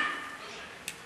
בגבעה עשו